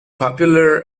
popular